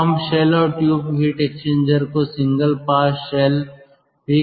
तो हम शेल और ट्यूब हीट एक्सचेंजर को सिंगल पास शेल भी कह सकते हैं